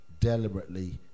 deliberately